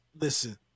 listen